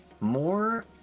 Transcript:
more